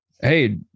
hey